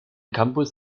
campus